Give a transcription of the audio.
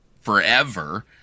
forever